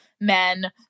men